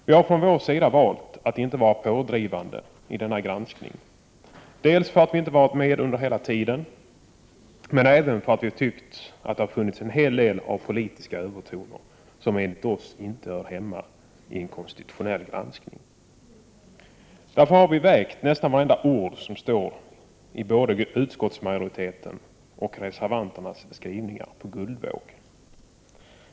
Vi har från vår sida valt att inte vara pådrivande i denna granskning, delvis därför att vi inte har varit med under hela tiden men även därför att vi har tyckt att det har funnits en hel del av politiska övertoner, som enligt vår uppfattning inte hör hemma i en konstitutionell granskning. Därför har vi vägt nästan vartenda ord som står i såväl utskottsmajoritetens som reservanternas skrivningar på guldvåg.